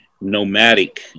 nomadic